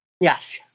Yes